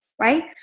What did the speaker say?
right